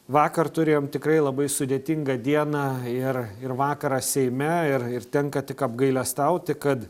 vakar turėjom tikrai labai sudėtingą dieną ir ir vakarą seime ir ir tenka tik apgailestauti kad